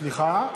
סליחה?